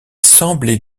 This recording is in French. semblait